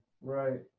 Right